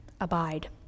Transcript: abide